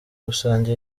rusange